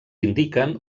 indiquen